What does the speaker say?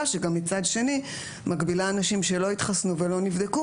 שגם מצד שני מגבילה אנשים שלא התחסנו ולא נבדקו,